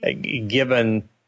given